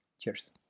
Cheers